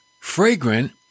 fragrant